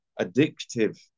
addictive